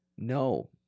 No